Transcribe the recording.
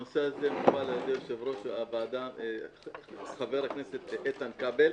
הנושא הזה מקובל על-ידי יושב-ראש הוועדה חבר הכנסת איתן כבל,